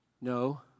No